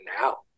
now